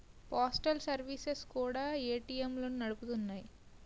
postal services కూడా ఏటీఎంలను నడుపుతున్నాయి